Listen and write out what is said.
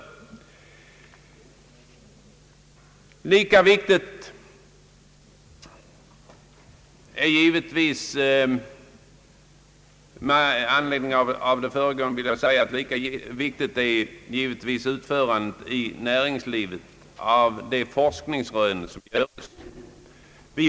Såsom här tidigare sagts vill jag sedan betona att utförandet i näringslivet av gjorda forskningsrön givetvis är mycket viktigt.